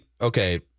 okay